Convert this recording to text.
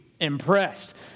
impressed